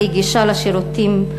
בלי גישה לשירותים.